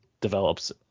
develops